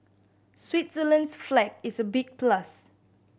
Switzerland's flag is a big plus